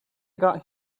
got